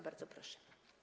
Bardzo proszę.